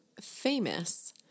Famous